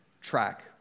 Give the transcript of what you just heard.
track